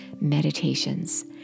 meditations